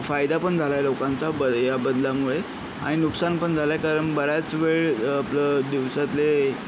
फायदा पण झाला आहे लोकांचा बरं या बदलामुळे आणि नुकसान पण झालं आहे कारण बऱ्याच वेळ आपलं दिवसातले